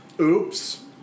oops